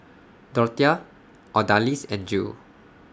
Dorthea Odalis and Jill